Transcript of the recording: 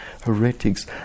heretics